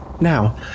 Now